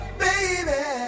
baby